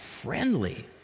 friendly